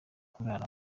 kurara